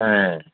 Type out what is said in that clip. ఆయ్